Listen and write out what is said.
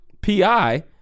PI